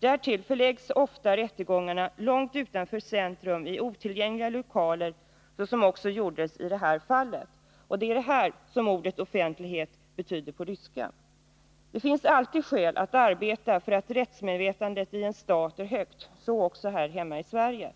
Därtill förläggs ofta rättegångarna långt utanför centrum i otillgängliga lokaler, såsom också gjordes i det här fallet. Detta är vad ordet ”offentlighet” betyder på ryska. Det finns alltid skäl att arbeta för att rättsmedvetandet i en stat skall vara högt — så också här hemma i Sverige.